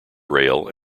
rail